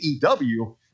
AEW